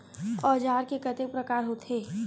औजार के कतेक प्रकार होथे?